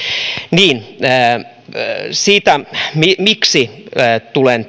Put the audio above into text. niin siihen miksi tulen